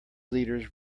leaders